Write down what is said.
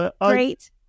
Great